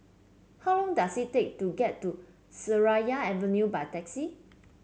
how long does it take to get to Seraya Avenue by taxi